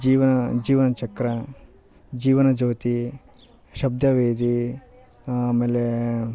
ಜೀವನ ಜೀವನ ಚಕ್ರ ಜೀವನ ಜ್ಯೋತಿ ಶಬ್ದವೇದಿ ಆಮೇಲೆ